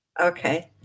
Okay